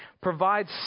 provides